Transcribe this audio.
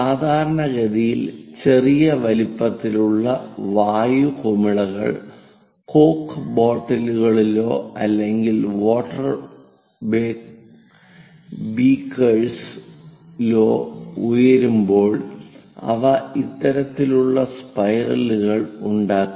സാധാരണഗതിയിൽ ചെറിയ വലിപ്പത്തിലുള്ള വായു കുമിളകൾ കോക്ക് ബോട്ടിലുകളിലോ അല്ലെങ്കിൽ വാട്ടർ ബേക്കറുകളിലോ ഉയരുമ്പോൾ അവ ഇത്തരത്തിലുള്ള സ്പൈറലുകൾ ഉണ്ടാക്കുന്നു